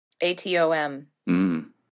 A-T-O-M